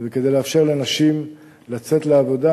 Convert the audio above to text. כדי לאפשר לנשים לצאת לעבודה,